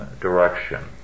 direction